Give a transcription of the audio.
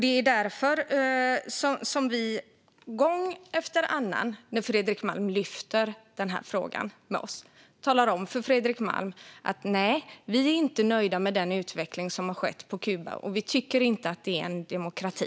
Det är därför som vi gång efter annan när Fredrik Malm lyfter upp frågan talar om för Fredrik Malm att vi inte är nöjda med den utveckling som har skett på Kuba, och vi tycker inte att det är en demokrati.